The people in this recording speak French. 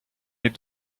est